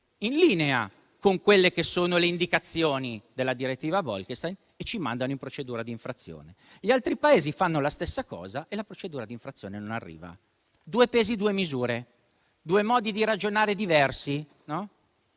in linea con le indicazioni della direttiva Bolkestein e ci mandano in procedura di infrazione; gli altri Paesi fanno la stessa cosa e la procedura di infrazione non arriva: due pesi e due misure, due modi di ragionare diversi. Non